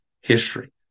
history